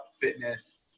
fitness